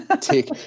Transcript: take